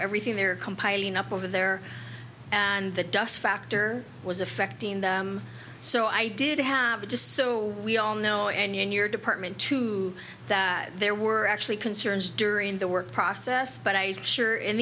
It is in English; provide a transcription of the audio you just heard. everything they're compiling up over there and the dust factor was affecting them so i did have a just so we all know and your department too that there were actually concerns during the work process but i sure